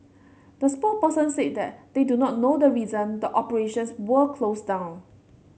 the spokesperson said that they do not know the reason the operations were closed down